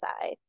side